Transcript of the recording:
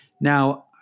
Now